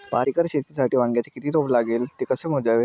पाच एकर शेतीसाठी वांग्याचे किती रोप लागेल? ते कसे मोजावे?